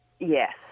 Yes